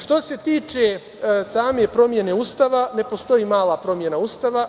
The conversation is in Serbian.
Što se tiče same promene Ustava, ne postoji mala promena Ustava.